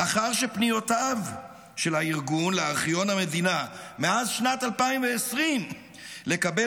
לאחר שפניותיו של הארגון לארכיון המדינה מאז שנת 2020 לקבל